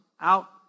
out